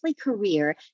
career